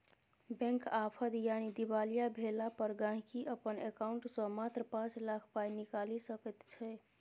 bank आफद यानी दिवालिया भेला पर गांहिकी अपन एकांउंट सँ मात्र पाँच लाख पाइ निकालि सकैत छै